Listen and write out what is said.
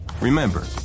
Remember